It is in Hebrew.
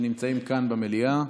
שנמצאים כאן במליאה.